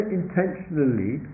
intentionally